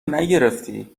نگرفتی